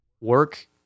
work